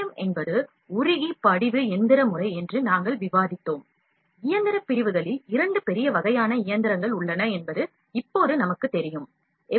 M என்பது உருகி படிவு எந்திர முறை என்று நாங்கள் விவாதித்தோம் இயந்திர பிரிவுகளில் இரண்டு பெரிய வகையான இயந்திரங்கள் உள்ளன என்பது இப்போது நமக்குத் தெரியும் எஃப்